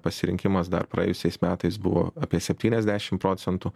pasirinkimas dar praėjusiais metais buvo apie septyniasdešim procentų